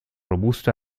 robusto